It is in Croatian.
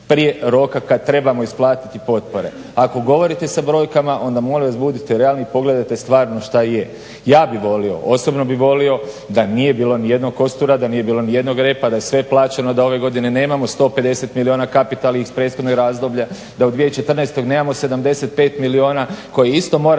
prije roka kad trebamo isplatiti potpore. Ako govorite sa brojkama onda molim vas budite realni i pogledajte stvarno šta je. Ja bih volio, osobno bih volio da nije bilo ni jednog kostura, da nije bilo ni jednog repa, da je sve plaćeno, da ove godine nemamo 150 milijuna kapitalnih iz prethodnih razdoblja, da u 2014. nemamo 75 milijuna koje isto moramo